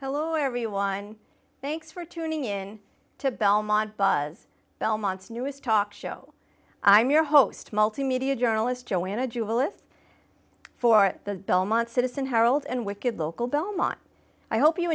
hello everyone thanks for tuning in to belmont belmont's newest talk show i'm your host multimedia journalist joanna juillet for the belmont citizen herald and wicked local belmont i hope you